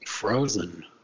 Frozen